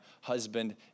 husband